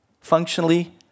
functionally